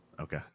Okay